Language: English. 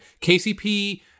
KCP